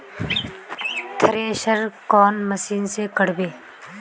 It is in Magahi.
थरेसर कौन मशीन से करबे?